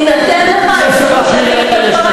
חבר הכנסת ניצן הורוביץ, תינתן לך ההזדמנות,